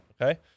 Okay